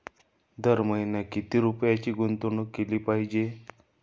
दर महिना किती रुपयांची गुंतवणूक केली पाहिजे?